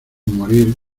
morir